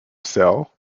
cell